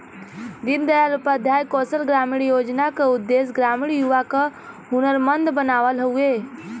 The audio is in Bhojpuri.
दीन दयाल उपाध्याय कौशल ग्रामीण योजना क उद्देश्य ग्रामीण युवा क हुनरमंद बनावल हउवे